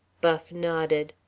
buff nodded.